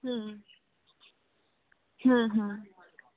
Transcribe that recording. હં હં હં